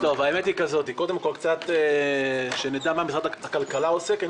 קודם כול שנדע מה משרד הכלכלה עושה בגלל